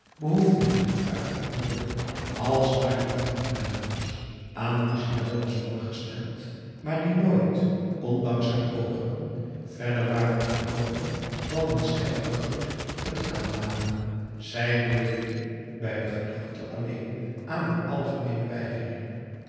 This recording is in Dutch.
behoefde niet gevraagd te worden als maar die andere dames aan wie ze wel was voorgesteld maar die nooit ondanks haar pogingen verder waren gekomen dan een stijven groet t aannamen zij beefde bij de gedachte alleen aan een algemeene